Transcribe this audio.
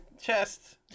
chest